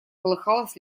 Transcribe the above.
колыхалась